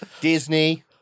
Disney